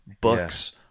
books